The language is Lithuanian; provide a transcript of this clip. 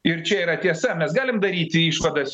ir čia yra tiesa mes galim daryti išvadas